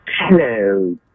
Hello